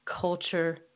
culture